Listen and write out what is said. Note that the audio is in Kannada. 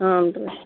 ಹಾಂ ರೀ